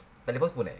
tak boleh postpone eh